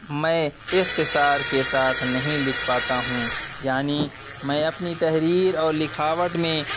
میں اختصار کے ساتھ نہیں لکھ پاتا ہوں یعنی میں اپنی تحریر اور لکھاوٹ میں